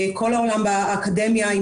כל עולם האקדמיה עבר,